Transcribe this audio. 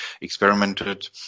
experimented